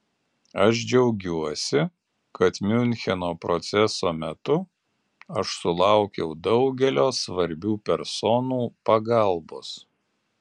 aš džiaugiuosi kad miuncheno proceso metu aš sulaukiau daugelio svarbių personų pagalbos